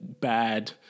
bad